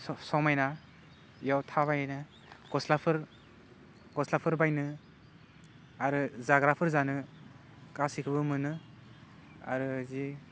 स समायना एयाव थाबायनो गस्लाफोर गस्लाफोर बायनो आरो जाग्राफोर जानो गासैखौबो मोनो आरो जि